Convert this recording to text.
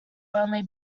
only